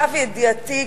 למיטב ידיעתי,